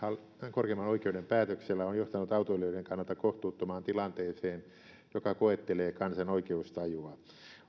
korkeimman oikeuden päätöksellä on johtanut autoilijoiden kannalta kohtuuttomaan tilanteeseen joka koettelee kansan oikeustajua